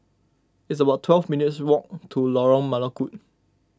it's about twelve minutes' walk to Lorong Melukut